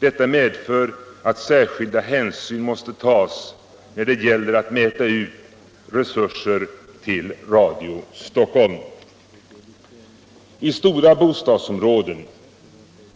Detta medför att särskilda hänsyn måste tas när det gäller att mäta ut resurser till Radio Stockholm. I stora bostadsområden